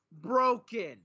broken